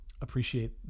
appreciate